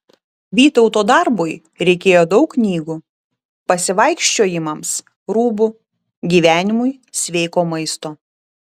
vytauto darbui reikėjo daug knygų pasivaikščiojimams rūbų gyvenimui sveiko maisto